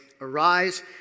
Arise